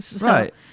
Right